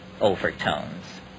overtones